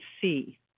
see